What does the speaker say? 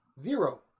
Zero